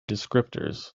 descriptors